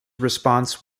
response